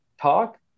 talk